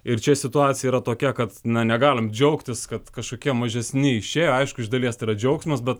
ir čia situacija yra tokia kad na negalim džiaugtis kad kažkokie mažesni šie aišku iš dalies tai yra džiaugsmas bet